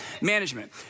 management